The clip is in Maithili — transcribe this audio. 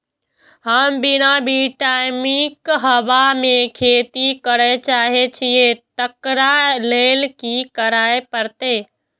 हम बिना माटिक हवा मे खेती करय चाहै छियै, तकरा लए की करय पड़तै?